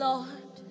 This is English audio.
Lord